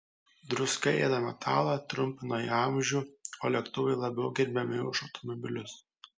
druska ėda metalą trumpina jo amžių o lėktuvai labiau gerbiami už automobilius